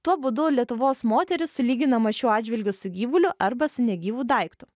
tuo būdu lietuvos moteris sulyginama šiuo atžvilgiu su gyvuliu arba su negyvu daiktu